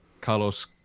Carlos